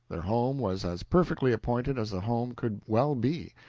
their home was as perfectly appointed as a home could well be,